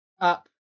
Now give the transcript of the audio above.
up